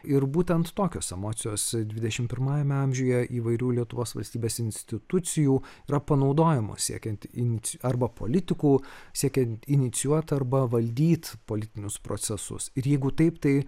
ir būtent tokios emocijos dvidešimt pirmajame amžiuje įvairių lietuvos valstybės institucijų yra panaudojamos siekiant inic arba politikų siekiant inicijuot arba valdyt politinius procesus ir jeigu taip tai